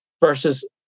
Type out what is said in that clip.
versus